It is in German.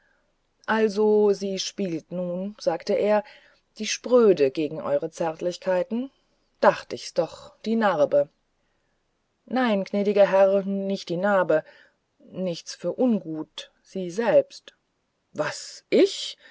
also sie spielt nun sagte er die spröde gegen eure zärtlichkeiten dacht ich's doch die narbe nein gnädiger herr nicht die narbe nichts für ungut sie selbst was ich